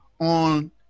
on